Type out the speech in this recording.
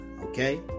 okay